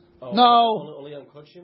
No